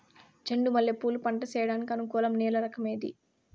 చెండు మల్లె పూలు పంట సేయడానికి అనుకూలం నేల రకం ఏది